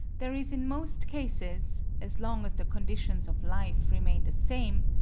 there is in most cases, as long as the conditions of life remain the same,